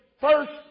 first